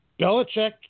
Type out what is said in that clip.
Belichick